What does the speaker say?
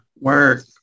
work